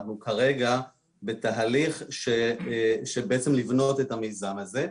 כרגע אנחנו בתהליך לבניית המיזם הזה.